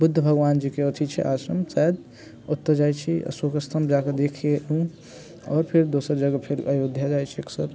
बुद्ध भगवान जी के अथी छै आश्रम सब ओतऽ जाय छी अशोक स्थान जैके देख के एलौं और फेर दोसर जगह फेर अयोध्या जाय छी अक्सर